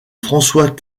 françois